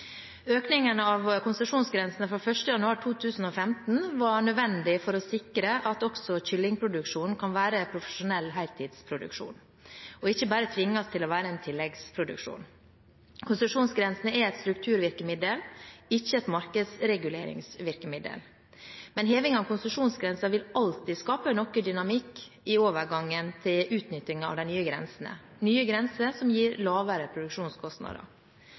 Økningen av konsesjonsgrensene fra 1. januar 2015 var nødvendig for å sikre at også kyllingproduksjonen kan være profesjonell heltidsproduksjon og ikke bare tvinges til å være en tilleggsproduksjon. Konsesjonsgrensene er et strukturvirkemiddel, ikke et markedsreguleringsvirkemiddel. Men heving av konsesjonsgrenser vil alltid skape noe dynamikk i overgangen til utnytting av de nye grensene – nye grenser som gir lavere produksjonskostnader.